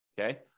Okay